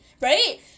right